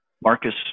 Marcus